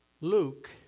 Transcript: Luke